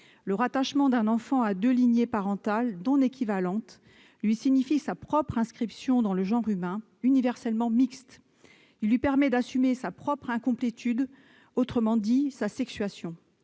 le rattachement d'un enfant à deux lignées parentales non équivalentes lui signifie sa propre inscription dans le genre humain, universellement mixte. Il lui permet d'assumer sa propre incomplétude, autrement dit sa sexuation